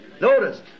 Notice